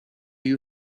you